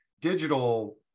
digital